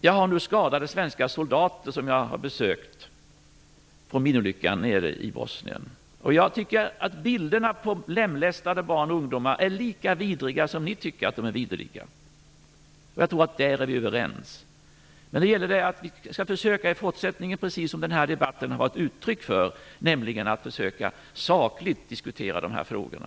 Jag har nu besökt skadade svenska soldater från minolyckan nere i Bosnien. Jag tycker att bilderna på lemlästade barn och ungdomar är lika vidriga som ni tycker. Jag tror att vi där är överens. Men vi skall i fortsättningen, precis som den här debatten har varit uttryck för, försöka att sakligt diskutera de här frågorna.